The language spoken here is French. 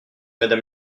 madame